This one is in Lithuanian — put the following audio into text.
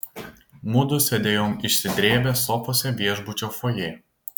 mudu sėdėjom išsidrėbę sofose viešbučio fojė